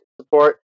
support